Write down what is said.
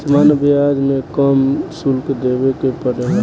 सामान्य ब्याज में कम शुल्क देबे के पड़ेला